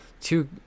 two